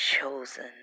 chosen